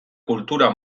kultura